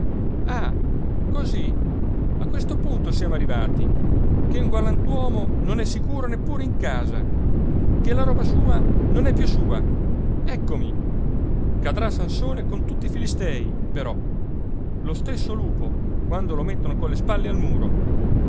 ah così a questo punto siamo arrivati che un galantuomo non è sicuro neppure in casa che la roba sua non è più sua eccomi cadrà sansone con tutti i filistei però lo stesso lupo quando lo mettono colle spalle al muro